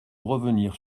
revenir